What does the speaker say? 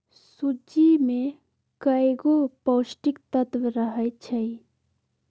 सूज्ज़ी में कएगो पौष्टिक तत्त्व रहै छइ